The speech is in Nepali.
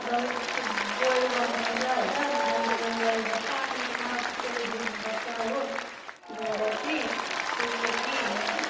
नुडल्स बोइल गर्नुपर्छ होइन नुडल्स बोइल गरेर पानीले मजाले धुनुपर्छ हो धोएर चाहिँ त्यसपछि